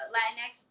Latinx